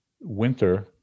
winter